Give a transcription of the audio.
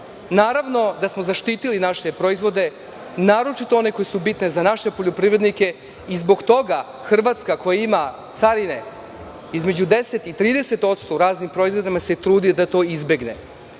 Naravno da smo zaštitili naše proizvode, a naročito one koji su bitni za naše poljoprivrednike. Zbog toga Hrvatska, koja ima carine između 10 i 30% u raznim proizvodima, se trudi da to izbegne. Zbog